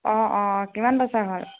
অ অ কিমান বছৰ হ'ল